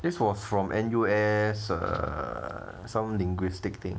this was from N_U_S uh someone linguistic thing